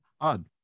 Odd